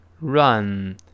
run